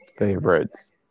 Favorites